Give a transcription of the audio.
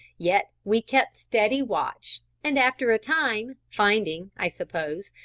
yet we kept steady watch and after a time, finding, i suppose,